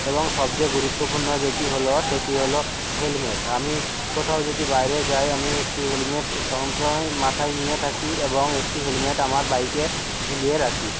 এবং সবচেয়ে গুরুত্বপূর্ণ যেটি হলো সেটি হলো হেলমেট আমি কোথাও যদি বাইরে যাই আমি একটি হেলমেট সবসময়েই মাথায় নিয়ে থাকি এবং একটি হেলমেট আমার বাইকে ঝুলিয়ে রাখি